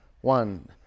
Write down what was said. One